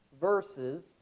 verses